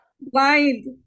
blind